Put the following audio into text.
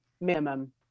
minimum